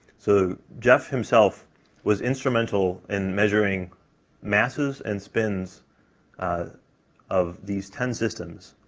so jeff himself was instrumental in measuring masses and spins ah of these ten systems.